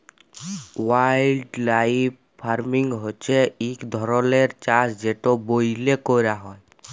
wildlife farming হছে ইক ধরলের চাষ যেট ব্যইলে ক্যরা হ্যয়